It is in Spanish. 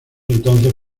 entonces